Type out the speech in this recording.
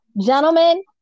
gentlemen